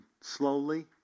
slowly